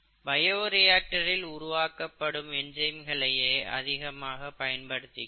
பயோரியாக்டரில் உருவாக்கபடும் என்சைம்களையே அதிகம் பயன்படுத்துகிறோம்